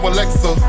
Alexa